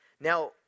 Now